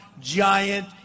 giant